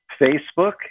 Facebook